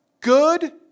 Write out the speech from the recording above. good